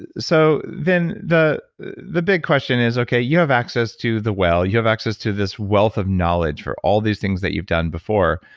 ah so then then the big question is, okay, you have access to the well, you have access to this wealth of knowledge for all these things that you've done before.